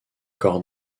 corps